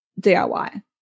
DIY